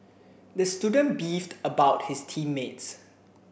the student beefed about his team mates